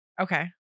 Okay